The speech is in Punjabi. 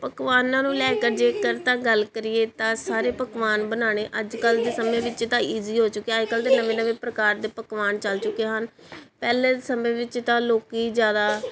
ਪਕਵਾਨਾਂ ਨੂੰ ਲੈ ਕੇ ਜੇਕਰ ਤਾਂ ਗੱਲ ਕਰੀਏ ਤਾਂ ਸਾਰੇ ਪਕਵਾਨ ਬਣਾਉਣੇ ਅੱਜ ਕੱਲ ਦੇ ਸਮੇਂ ਵਿੱਚ ਤਾਂ ਈਜ਼ੀ ਹੋ ਚੁੱਕਿਆ ਅੱਜ ਕੱਲ ਦੇ ਨਵੇਂ ਨਵੇਂ ਪ੍ਰਕਾਰ ਦੇ ਪਕਵਾਨ ਚੱਲ ਚੁੱਕੇ ਹਨ ਪਹਿਲੇ ਸਮੇਂ ਵਿੱਚ ਤਾਂ ਲੋਕ ਜ਼ਿਆਦਾ